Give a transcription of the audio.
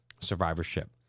survivorship